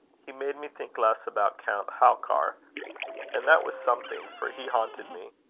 he made me think less about count halkar and that was something, for he haunted me.